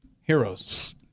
heroes